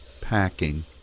packing